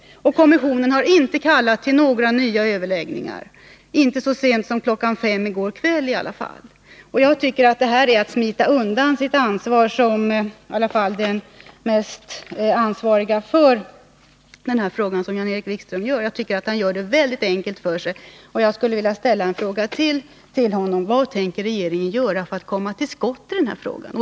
Det har inte heller kallats till några nya överläggningar, i varje fall inte så sent som kl. 5 i går kväll. Jag tycker det här är att smita undan sitt ansvar. Jan-Erik Wikström, som i alla fall är den mest ansvarige, gör det mycket enkelt för sig. Jag skulle vilja ställa ytterligare en fråga till honom: Vad tänker regeringen göra för att komma till skott i denna fråga?